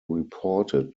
reported